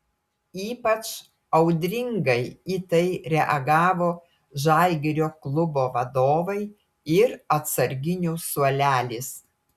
ypač audringai į tai reagavo žalgirio klubo vadovai ir atsarginių suolelis